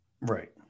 Right